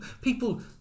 people